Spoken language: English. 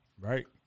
Right